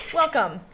welcome